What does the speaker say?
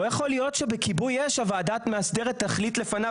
לא יכול להיות שהוועדה המאסדרת תחליט לפני כיבוי אש,